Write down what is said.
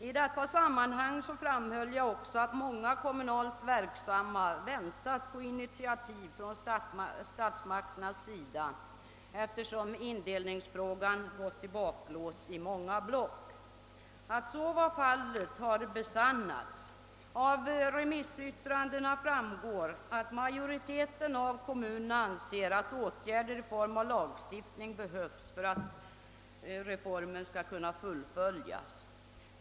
I detta sammanhang framhöll jag också att många kommunalt verksamma väntat på initiativ från statsmakternas sida, eftersom indelningsfrågan gått i baklås i många kommunblock. Att så var fallet har besannats. Av remissyttrandena framgår att majoriteten av kommunerna anser att åtgärder i form av lagstiftning behövs för reformens fullföljande.